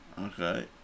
Okay